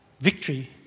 victory